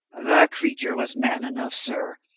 the creature was man enough, sir,